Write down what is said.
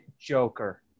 joker